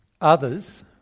others